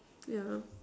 yeah